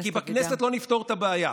כי בכנסת לא נפתור את הבעיה.